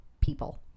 people